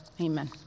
amen